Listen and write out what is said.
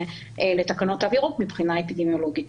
לתקנות תו ירוק מבחינה אפידמיולוגית.